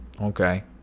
okay